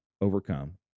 overcome